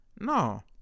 No